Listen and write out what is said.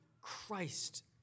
Christ